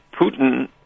Putin